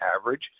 average